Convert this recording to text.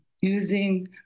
using